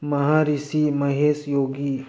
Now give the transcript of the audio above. ꯃꯍꯥꯔꯤꯁꯤ Mahesh ꯌꯣꯒꯤ